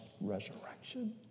resurrection